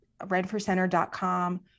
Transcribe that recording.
redforcenter.com